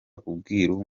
ubwiru